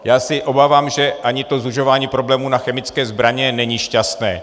Já se obávám, že ani to zužování problému na chemické zbraně není šťastné.